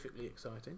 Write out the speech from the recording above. exciting